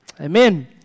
Amen